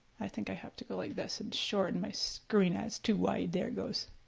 i think i have to go like this and shorten my screen. ah it's too wide, there it goes.